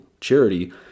charity